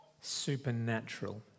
supernatural